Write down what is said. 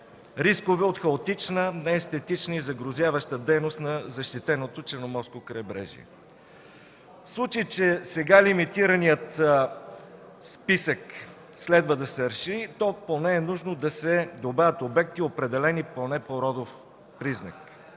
рискове от хаотична, неестетична и загрозяваща дейност на защитеното Черноморско крайбрежие. В случай, че сега лимитираният списък следва да се разшири, то поне е нужно да се добавят обекти определени поне по родов признак.